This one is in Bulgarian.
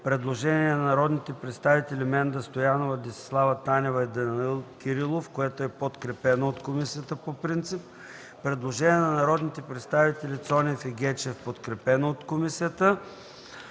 предложение на народните представители Менда Стоянова, Десислава Танева и Данаил Кирилов, което е подкрепено от комисията по принцип. Има предложение на народните представители Цонев и Гечев – подкрепено от комисията.